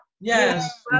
Yes